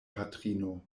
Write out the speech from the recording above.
patrino